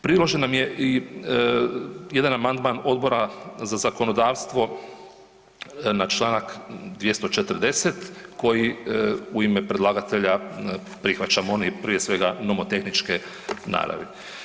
Priložen nam je i jedan amandman Odbora za zakonodavstvo na čl. 240. koji u ime predlagatelja prihvaćamo, on je prije svega nomotehničke naravi.